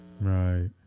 Right